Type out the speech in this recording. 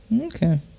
okay